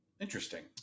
interesting